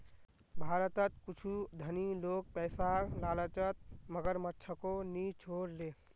भारतत कुछू धनी लोग पैसार लालचत मगरमच्छको नि छोड ले